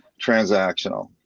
transactional